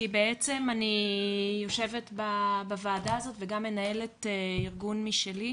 כי בעצם אני יושבת בוועדה הזאת וגם מנהלת ארגון משלי.